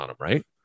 right